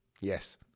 Yes